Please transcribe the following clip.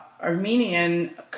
Armenian